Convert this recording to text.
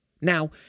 Now